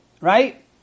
right